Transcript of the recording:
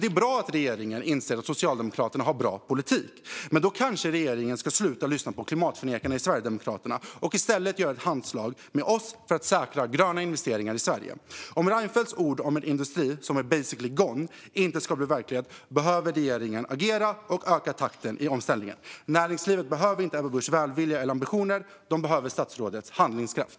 Det är bra att regeringen inser att Socialdemokraterna har bra politik, men då kanske regeringen ska sluta lyssna på klimatförnekarna i Sverigedemokraterna och i stället göra ett handslag med oss för att säkra gröna investeringar i Sverige. Om Reinfeldts ord om en industri som är "basically gone" inte ska bli verklighet behöver regeringen agera och öka takten i omställningen. Näringslivet behöver inte Ebba Buschs välvilja eller ambitioner - man behöver statsrådets handlingskraft!